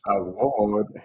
award